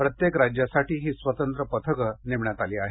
प्रत्येक राज्यासाठी ही स्वतंत्र पथकं नेमण्यात आली आहेत